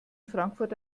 frankfurt